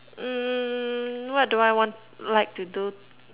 mm what do I want like to do